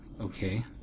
Okay